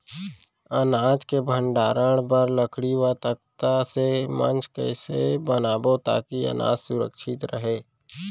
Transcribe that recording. अनाज के भण्डारण बर लकड़ी व तख्ता से मंच कैसे बनाबो ताकि अनाज सुरक्षित रहे?